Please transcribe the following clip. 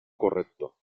correcto